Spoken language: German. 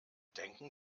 denken